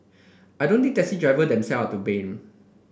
I don't think taxi driver them self to blame